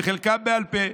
וחלקם בעל פה.